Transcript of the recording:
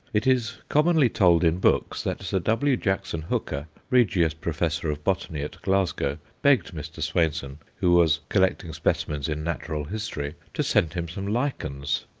it is commonly told in books that sir w. jackson hooker, regius professor of botany at glasgow, begged mr. swainson who was collecting specimens in natural history to send him some lichens.